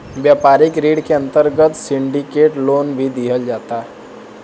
व्यापारिक ऋण के अंतर्गत सिंडिकेट लोन भी दीहल जाता